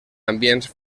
ambients